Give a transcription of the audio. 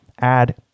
add